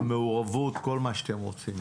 המעורבות, כל מה שאתם רוצים.